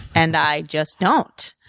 and i just don't.